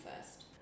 first